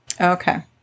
Okay